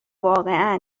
واقعا